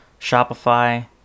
Shopify